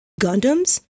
gundams